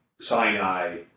Sinai